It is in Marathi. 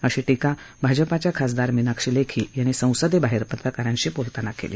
अशी प्तिका भाजपाच्या खासदार मिनाक्षी लेखी यांनी संसदेबाहेर पत्रकारांशी बोलताना केली